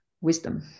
wisdom